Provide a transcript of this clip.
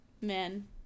men